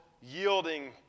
yielding